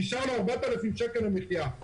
נשאר לו 4,000 שקל למחיה.